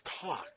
Talk